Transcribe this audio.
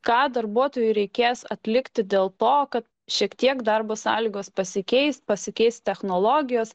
ką darbuotojui reikės atlikti dėl to kad šiek tiek darbo sąlygos pasikeis pasikeis technologijos